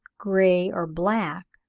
grey, or black,